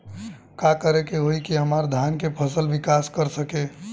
का करे होई की हमार धान के फसल विकास कर सके?